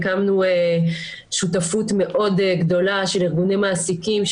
הקמנו שותפות מאוד גדולה של ארגוני מעסיקים,